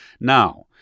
Now